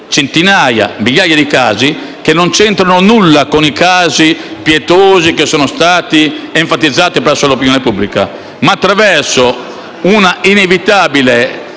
centinaia, migliaia di casi che non c'entrano nulla con i casi pietosi che sono stati enfatizzati presso l'opinione pubblica. Inoltre, attraverso un inevitabile